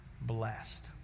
blessed